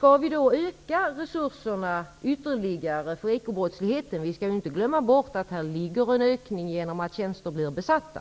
Om vi skall öka resurserna ytterligare för att bekämpa ekobrottsligheten -- vi skall inte glömma bort att här finns en ökning då tjänster besätts --